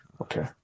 okay